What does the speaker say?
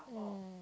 mm